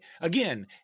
again